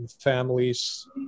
families